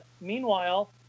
Meanwhile